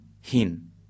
hin